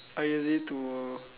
I use it to